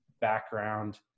background